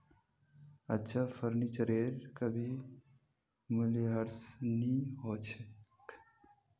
अच्छा फर्नीचरेर कभी मूल्यह्रास नी हो छेक